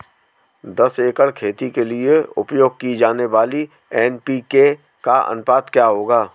दस एकड़ खेती के लिए उपयोग की जाने वाली एन.पी.के का अनुपात क्या होगा?